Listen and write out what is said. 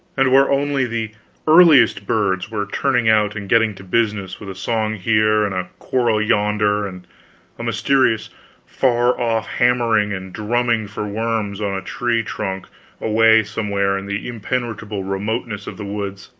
and where only the earliest birds were turning out and getting to business with a song here and a quarrel yonder and a mysterious far-off hammering and drumming for worms on a tree trunk away somewhere in the impenetrable remotenesses of the woods.